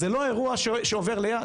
זה לא אירוע שעובר ליד,